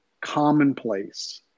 commonplace